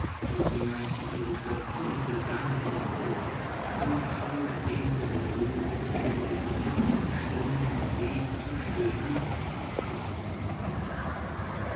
und sie neigten ihre köpfe und begannen im chor voll scheuer demut und rührung mit gedämpften stimmen flehend zu stöhnen